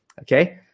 okay